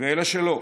ואלה שלא,